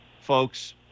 folks